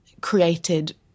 created